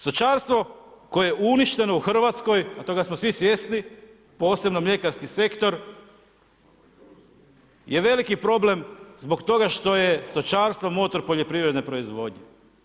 Stočarstvo, koje je uništeno u Hrvatskoj, a toga smo svi svjesni, posebno mljekarski sektor, je veliki problem, zbog toga što je stočarstvo motor poljoprivredne proizvodnje.